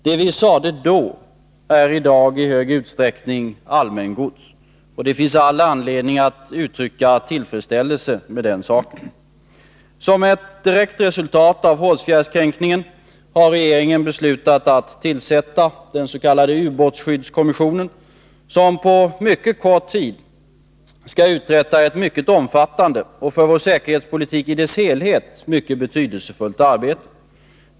Det vi sade då är i dag i stor utsträckning allmängods, och det finns all anledning att uttrycka tillfredsställelse med den saken. Som ett direkt resultat av Hårsfjärdskränkningen har regeringen beslutat att tillsätta den s.k. ubåtsskyddskommissionen, som på mycket kort tid skall uträtta ett mycket omfattande och för vår säkerhetspolitik i dess helhet mycket betydelsefullt arbete.